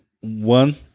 one